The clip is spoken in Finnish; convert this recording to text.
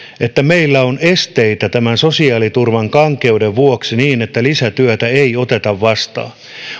että meillä on esteitä tämän sosiaaliturvan kankeuden vuoksi niin että lisätyötä ei oteta vastaan